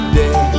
day